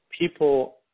people